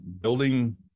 building